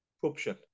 corruption